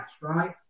right